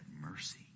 mercy